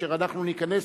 כאשר אנחנו ניכנס